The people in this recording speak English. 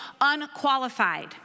unqualified